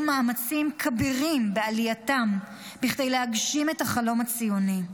מאמצים כבירים בעלייתם כדי להגשים את החלום הציוני.